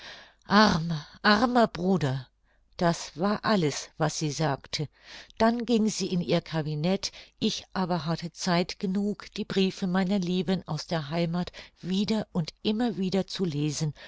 armer armer bruder das war alles was sie sagte dann ging sie in ihr cabinet ich aber hatte zeit genug die briefe meiner lieben aus der heimath wieder und immer wieder zu lesen